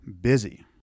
busy